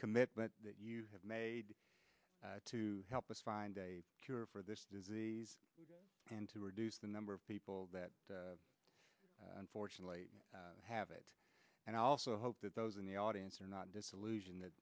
commitment that you have made to help us find a cure for this disease and to reduce the number of people that unfortunately have it and i also hope that those in the audience are not disillusioned th